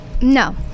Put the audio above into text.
No